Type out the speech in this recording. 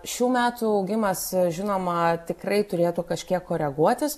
šių metų augimas žinoma tikrai turėtų kažkiek koreguotis